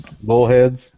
bullheads